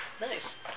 Nice